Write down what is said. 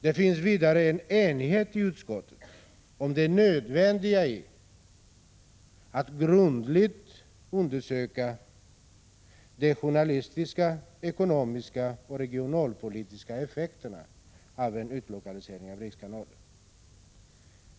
Det finns vidare en enighet i utskottet om det nödvändiga i att grundligt undersöka de journalistiska, ekonomiska och regionalpolitiska effekterna av en utlokalisering av rikskanalen.